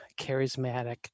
charismatic